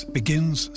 begins